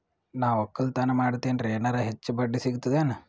ನಾ ಒಕ್ಕಲತನ ಮಾಡತೆನ್ರಿ ಎನೆರ ಹೆಚ್ಚ ಬಡ್ಡಿ ಸಿಗತದೇನು?